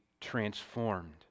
transformed